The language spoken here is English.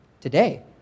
today